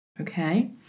Okay